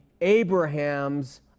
Abraham's